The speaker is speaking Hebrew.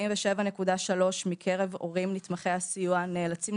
ש-47.3% מקרב הורים נתמכי הסיוע נאלצים